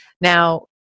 now